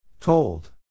Told